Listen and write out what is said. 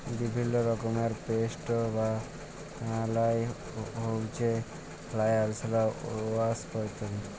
বিভিল্য রকমের পেস্ট বা বালাই হউচ্ছে ফ্লাই, আরশলা, ওয়াস্প ইত্যাদি